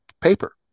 paper